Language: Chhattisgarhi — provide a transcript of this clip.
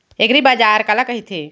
एगरीबाजार काला कहिथे?